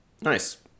Nice